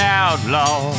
outlaw